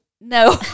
No